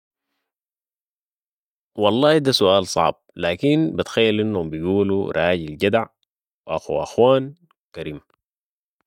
والله ده سوال صعب لكن بتخيل انهم بيقولوا راجل جدع و اخو اخوان و كريم